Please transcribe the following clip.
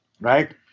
right